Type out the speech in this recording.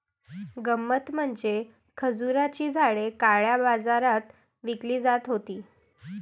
गंमत म्हणजे खजुराची झाडे काळ्या बाजारात विकली जात होती